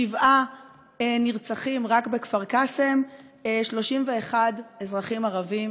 שבעה נרצחו רק בכפר קאסם, 31 אזרחים ערבים